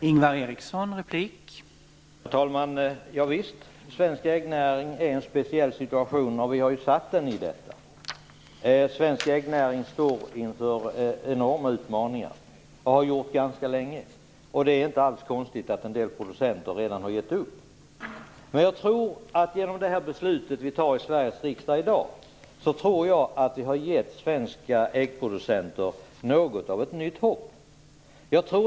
Herr talman! Javisst, den svenska äggnäringen har en speciell situation, men vi har ju försatt den i denna situation. Den svenska äggnäringen står inför enorma utmaningar, och det har den gjort ganska länge. Det är inte alls konstigt att en del producenter redan har gett upp. Genom det beslut som vi fattar i Sveriges riksdag i dag tror jag att vi ger svenska äggproducenter något av ett nytt hopp.